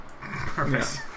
Perfect